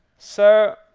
so,